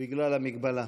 בגלל המגבלה.